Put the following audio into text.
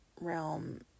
realm